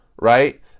right